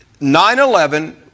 9-11